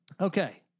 Okay